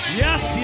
yes